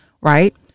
right